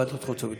ועדת חוץ וביטחון.